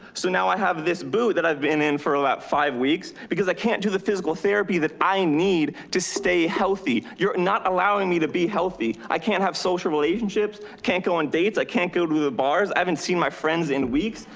so now i have this boot that i've been in for about five weeks because i can't do the physical therapy that i need to stay healthy. you're not allowing me to be healthy. i can't have social relationships. can't go on dates. i can't go to the bars. i haven't seen my friends in weeks.